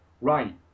right